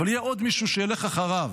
יהיה עוד מישהו שילך אחריו.